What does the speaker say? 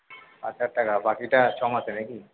পাঁচ হাজার টাকা বাকিটা ছ মাসে নাকি